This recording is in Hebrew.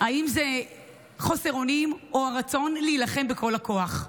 אם זה חוסר אונים או הרצון להילחם בכל הכוח.